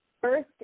first